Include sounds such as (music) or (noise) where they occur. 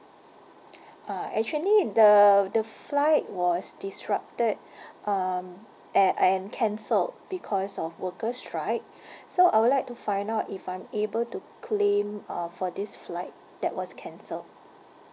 (breath) uh actually the the flight was disrupted um a~ and cancelled because of workers strike so I would like to find out if I'm able to claim uh for this flight that was cancelled